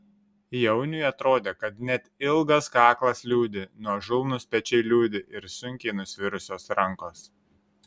jauniui atrodė kad net ilgas kaklas liūdi nuožulnūs pečiai liūdi ir sunkiai nusvirusios rankos